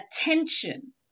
attention